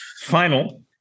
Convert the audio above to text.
final